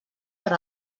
per